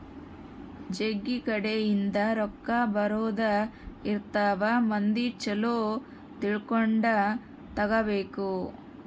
ಜಗ್ಗಿ ಕಡೆ ಇಂದ ರೊಕ್ಕ ಬರೋದ ಇರ್ತವ ಮಂದಿ ಚೊಲೊ ತಿಳ್ಕೊಂಡ ತಗಾಬೇಕು